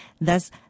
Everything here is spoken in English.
Thus